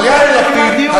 אבל יאיר לפיד,